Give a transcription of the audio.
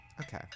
Okay